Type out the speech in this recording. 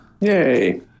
Yay